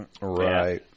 Right